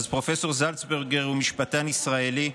פרופ' זלצברגר הוא משפטן ישראלי,